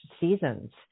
seasons